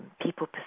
people